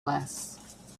less